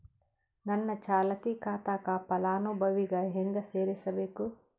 ನನ್ನ ಚಾಲತಿ ಖಾತಾಕ ಫಲಾನುಭವಿಗ ಹೆಂಗ್ ಸೇರಸಬೇಕು?